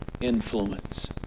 influence